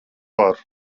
var